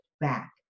back